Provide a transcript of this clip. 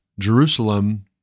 Jerusalem